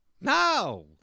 No